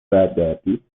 برگردی